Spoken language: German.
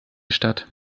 stadt